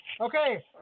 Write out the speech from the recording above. Okay